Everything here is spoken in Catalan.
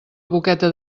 boqueta